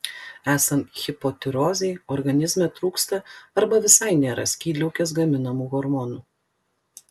esant hipotirozei organizme trūksta arba visai nėra skydliaukės gaminamų hormonų